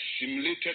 simulated